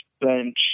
bench